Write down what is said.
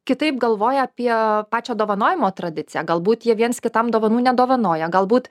kitaip galvoja apie pačio dovanojimo tradiciją galbūt jie viens kitam dovanų nedovanoja galbūt